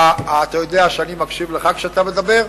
אתה יודע שאני מקשיב לך כשאתה מדבר,